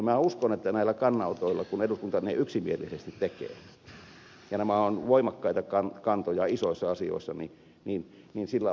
minä uskon että näillä kannanotoilla kun eduskunta ne yksimielisesti tekee ja nämä ovat voimakkaita kantoja isoissa asioissa on vaikuttavuutta